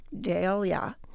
Dahlia